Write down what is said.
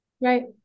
right